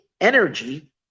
energy